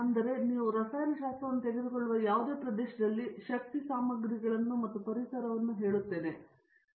ಆದ್ದರಿಂದ ನೀವು ಇಂದು ರಸಾಯನ ಶಾಸ್ತ್ರವನ್ನು ತೆಗೆದುಕೊಳ್ಳುವ ಯಾವುದೇ ಪ್ರದೇಶದಲ್ಲಿ ನಾನು ಶಕ್ತಿ ಸಾಮಗ್ರಿಗಳನ್ನು ಮತ್ತು ಪರಿಸರವನ್ನು ಹೇಳುತ್ತೇನೆ